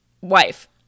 wife